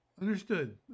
understood